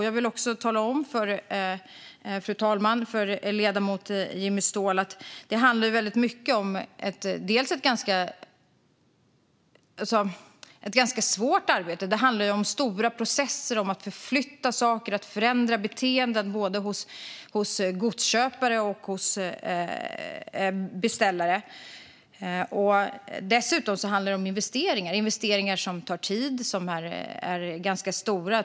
Jag vill också tala om för ledamoten Jimmy Ståhl att det här är ett ganska svårt arbete och stora processer där det handlar om att förflytta saker och förändra beteenden både hos godsköpare och beställare. Dessutom handlar det om investeringar som tar tid och är ganska stora.